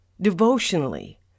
devotionally